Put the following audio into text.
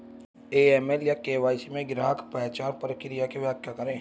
AML या KYC में ग्राहक पहचान प्रक्रिया की व्याख्या करें?